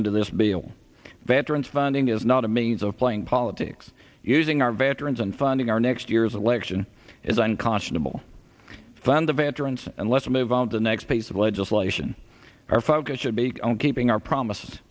into this bill veterans funding is not a means of playing politics using our veterans and funding our next year's election is unconscionable found the veterans and let's move on to the next piece of legislation our focus should be on keeping our promise